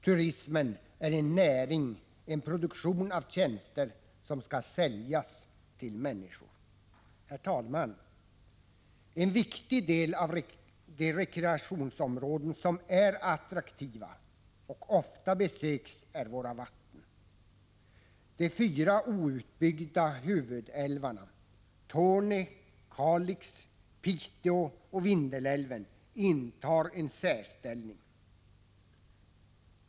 Turismen är en näring, en produktion av tjänster som skall säljas till människor. Herr talman! En viktig del av de rekreationsområden som är attraktiva och som ofta besöks är våra vatten. De fyra outbyggda huvudälvarna Torne-, Kalix-, Piteoch Vindelälven intar en särställning.